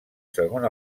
segons